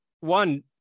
One